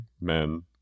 Men